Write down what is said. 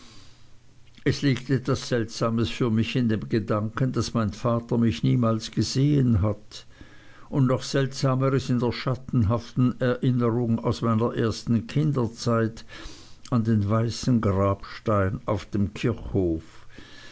es liegt etwas seltsames für mich in dem gedanken daß mein vater mich niemals gesehen hat und noch seltsameres in der schattenhaften erinnerung aus meiner ersten kinderzeit an den weißen grabstein auf dem kirchhof